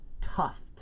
tuft